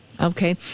Okay